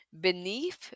Beneath